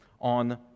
on